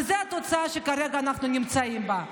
וזו התוצאה שכרגע אנחנו נמצאים בה.